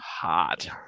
Hot